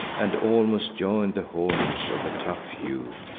and almost join'd the horns of the tough yew.